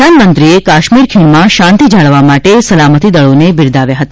પ્રધાનમંત્રીએ કાશ્મીર ખીણમાં શાંતિ જાળવવા માટે સલામતિ દળોને બિરદાવ્યા હતા